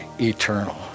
eternal